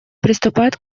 приступает